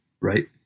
right